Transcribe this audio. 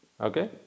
okay